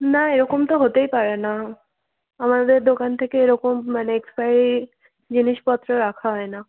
না এরকম তো হতেই পারে না আমাদের দোকান থেকে এরকম মানে এক্সপায়ারি জিনিসপত্র রাখা হয় না